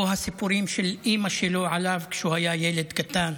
או הסיפורים של אימא שלו עליו כשהוא היה ילד קטן,